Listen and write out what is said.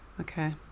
Okay